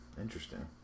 Interesting